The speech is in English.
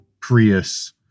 Prius